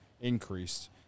increased